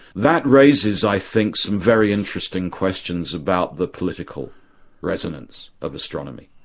that raises, i think, some very interesting questions about the political resonance of astronomy.